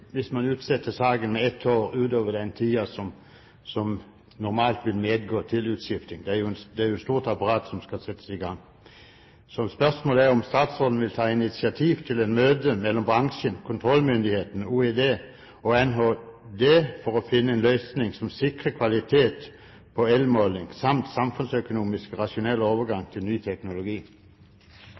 hvis man utsetter saken med ett år utover den tiden som normalt vil medgå til utskifting. Det er jo et stort apparat som skal settes i gang. Spørsmålet er om statsråden vil ta initiativ til et møte mellom bransjen, kontrollmyndighetene, OED og NHD for å finne en løsning som sikrer kvalitet på elmåling samt samfunnsøkonomisk rasjonell overgang til ny teknologi.